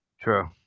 True